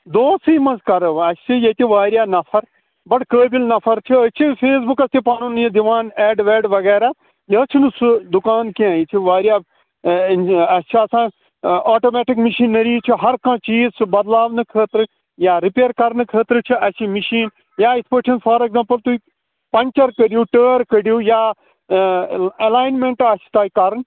دۄہسٕے منٛز کَرو اَسہِ چھِ ییٚتہِ واریاہ نَفر بَڈٕ قٲبِل نفر چھِ أسۍ چھِ فیس بُکَس تہِ پَنُن یہِ دِوان اٮ۪ڈ وٮ۪ڈ وغیرہ یہِ حظ چھُنہٕ سُہ دُکان کیٚنٛہہ یہِ چھُ واریاہ اَسہِ چھِ آسان آٹوٗمیٹِک مِشیٖنٔری چھِ ہَر کانٛہہ چیٖز چھُ بَدلاونہٕ خٲطرٕ یا رِپیَر کَرنہٕ خٲطرٕ چھِ اَسہِ مِشیٖن یا اِتھٕ پٲٹھۍ فار اٮ۪کزامپُل تُہۍ پَنٛچَر کٔرِو ٹٲر کٔڈِو یا ایلانمٮ۪نٛٹ آسہِ تۄہہِ کَرُن